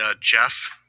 Jeff